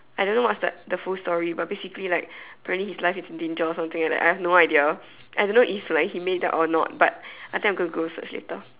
I don't know what's like the full story but basically like apparently his life is in danger or something like that I have no idea I don't know if like he made it up or not but I think I'm gonna go search later